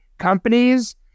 companies